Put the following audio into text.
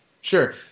Sure